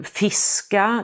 fiska